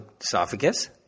esophagus